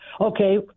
Okay